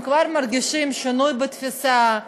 הם כבר מרגישים שינוי בתפיסה,